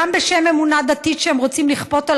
גם בשם אמונה דתית שהם רוצים לכפות על